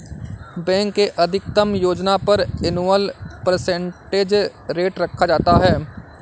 bank के अधिकतम योजना पर एनुअल परसेंटेज रेट रखा जाता है